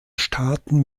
staaten